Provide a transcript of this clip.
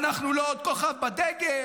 אנחנו לא עוד כוכב בדגל,